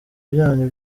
byanyu